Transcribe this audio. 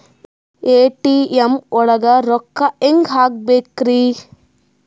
ATM ಒಳಗ್ ರೊಕ್ಕ ಹೆಂಗ್ ಹ್ಹಾಕ್ಬೇಕ್ರಿ?